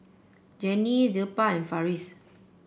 Genie Zilpah and Farris